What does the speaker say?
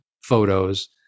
photos